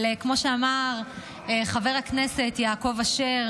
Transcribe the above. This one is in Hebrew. אבל כמו שאמר חבר הכנסת יעקב אשר,